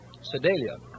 Sedalia